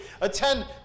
attend